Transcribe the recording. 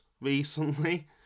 recently